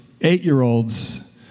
eight-year-olds